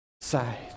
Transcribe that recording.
side